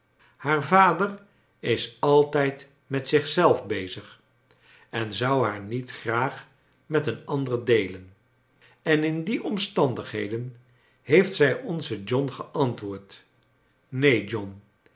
haar vader is altijd met zich zelf bezig en zou haar niet graag met een ander deelen en in die omstandigheden heeffc zij onzen john geantwoord neen john